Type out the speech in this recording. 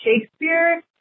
Shakespeare